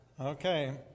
Okay